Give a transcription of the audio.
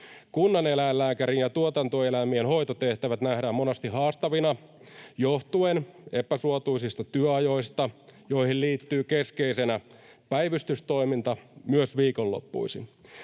Kunnaneläinlääkärin ja tuotantoeläimien hoitotehtävät nähdään monasti haastavina johtuen epäsuotuisista työajoista, joihin liittyy keskeisenä päivystystoiminta myös viikonloppuisin.